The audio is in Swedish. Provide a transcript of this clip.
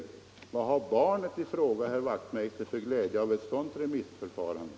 Vad har barnet i fråga för glädje av det, herr Wachtmeister?